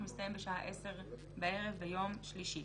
ומסתיים בשעה 22:00 בערב ביום שלישי.